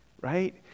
right